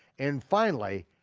and finally,